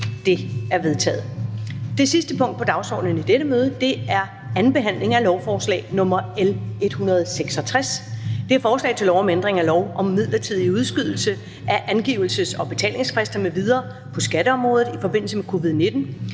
Det er vedtaget. --- Det sidste punkt på dagsordenen er: 2) 2. behandling af lovforslag nr. L 166: Forslag til lov om ændring af lov om midlertidig udskydelse af angivelses- og betalingsfrister m.v. på skatteområdet i forbindelse med covid-19,